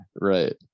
right